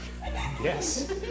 Yes